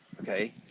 Okay